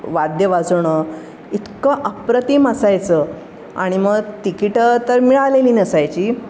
वाद्य वाजवणं इतकं अप्रतिम असायचं आणि मग तिकीटं तर मिळालेली नसायची